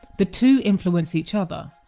the two influence each other,